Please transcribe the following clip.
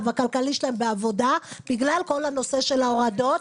הכלכלי שלהן בעבודה בגלל כל הנושא של ההורדות,